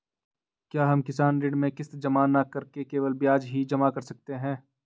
क्या हम किसान ऋण में किश्त जमा न करके केवल ब्याज ही जमा कर सकते हैं?